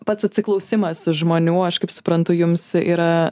pats atsiklausimas žmonių aš kaip suprantu jums yra